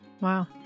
Wow